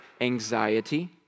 anxiety